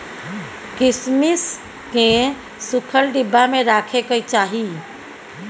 किशमिश केँ सुखल डिब्बा मे राखे कय चाही